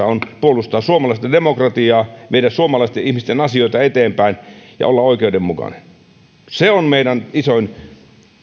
on puolustaa suomalaista demokratiaa viedä suomalaisten ihmisten asioita eteenpäin ja olla oikeudenmukainen se on meidän isoin